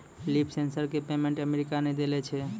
Leaf sensor क patent America ने देलें छै?